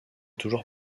toujours